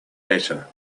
letter